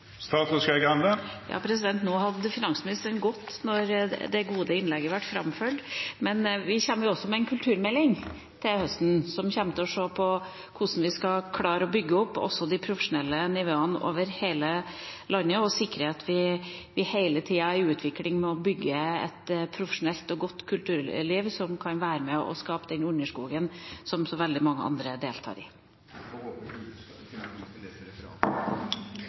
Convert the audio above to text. hadde gått da det gode innlegget ble framført, men vi kommer med en kulturmelding til høsten, som kommer til å se på hvordan vi skal klare å bygge opp også de profesjonelle nivåene over hele landet, og sikre at vi hele tida er i utvikling med å bygge et profesjonelt og godt kulturliv som kan være med og skape den underskogen som så veldig mange andre deltar i. «I år går gjeldende bibliotekstrategi ut. Bibliotekene har utviklet seg som debatt- og